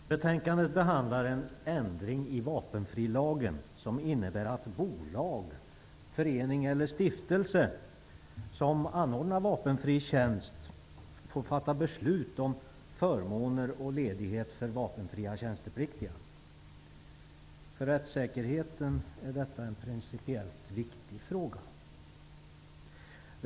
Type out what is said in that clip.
Herr talman! Detta betänkande behandlar en ändring i vapenfrilagen som innebär att bolag, förening eller stiftelse som anordnar vapenfri tjänst får fatta beslut om förmåner och ledighet för vapenfria tjänstepliktiga. För rättssäkerheten är detta en principiellt viktig fråga.